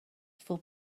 for